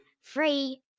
free